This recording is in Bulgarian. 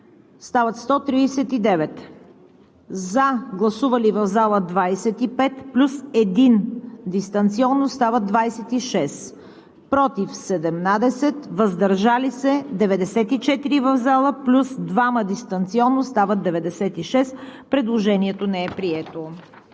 стават 139: за 25 гласували в залата плюс 1 дистанционно – стават 26, против 17, въздържали се 94 в залата плюс 2 дистанционно – стават 96. Предложението не е прието.